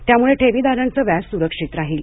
त्यामुळे ठेवीदारांचं व्याज सुरक्षित राहील